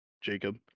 Jacob